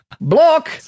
block